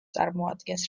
წარმოადგენს